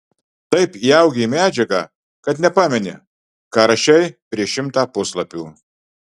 taip įaugi į medžiagą kad nepameni ką rašei prieš šimtą puslapių